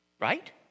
Right